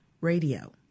radio